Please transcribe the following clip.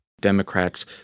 Democrats